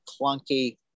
clunky